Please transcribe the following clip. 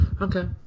Okay